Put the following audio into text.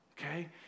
Okay